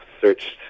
searched